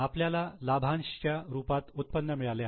आपल्याला लाभांशच्या रूपात उत्पन्न मिळाले आहे